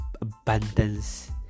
abundance